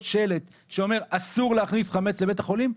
שלט שאומר שאסור להכניס חמץ לבית החולים?